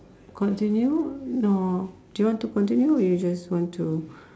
continue no do you want to continue or you just want to